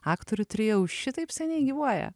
aktorių trio jau šitaip seniai gyvuoja